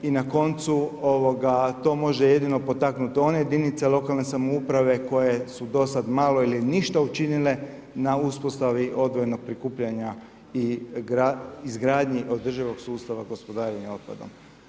I na koncu to može jedino potaknuti one jedinice lokalne samouprave koje su do sada malo ili ništa učinile na uspostavi odvojenog prikupljanja i izgradnji održivog sustava gospodarenja otpadom.